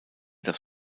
das